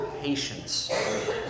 patience